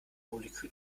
molekül